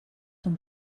són